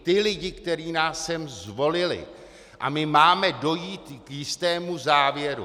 Ty lidi, kteří nás sem zvolili, a máme dojít k jistému závěru.